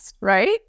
right